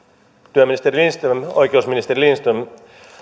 työministeri lindström oikeusministeri lindström